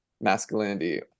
masculinity